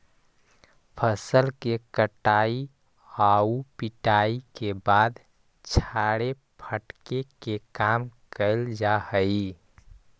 फसल के कटाई आउ पिटाई के बाद छाड़े फटके के काम कैल जा हइ